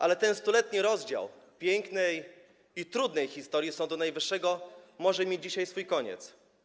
Ale ten 100-letni rozdział pięknej i trudnej historii Sądu Najwyższego może mieć dzisiaj swój koniec.